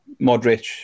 Modric